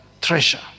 treasure